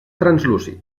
translúcid